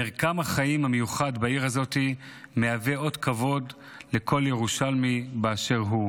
מרקם החיים המיוחד בעיר הזאת מהווה אות כבוד לכל ירושלמי באשר הוא.